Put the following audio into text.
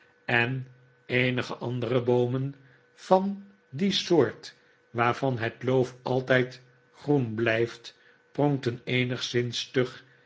en eenige andere boomen van die soort waarvan het loof altijd groen blijft pronkten eenigszins stug